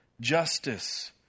justice